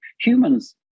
humans